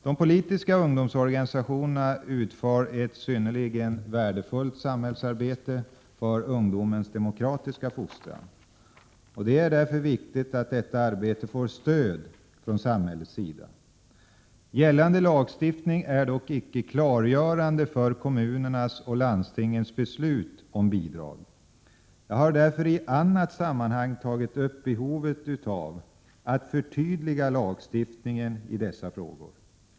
De politiska ungdomsorganisationerna utför ett synnerligen värdefullt samhällsarbete för ungdomens demokratiska fostran. Det är viktigt att detta arbete får stöd från samhällets sida. Gällande lagstiftning är dock inte klargörande för kommunernas och landstingens beslut om bidrag. Jag har därför i annat sammanhang tagit upp behovet av att förtydliga lagstiftningen i dessa frågor.